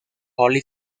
holy